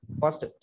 first